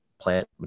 plant